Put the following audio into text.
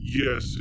yes